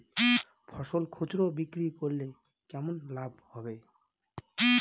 ফসল খুচরো বিক্রি করলে কেমন লাভ হবে?